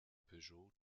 peugeot